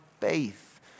faith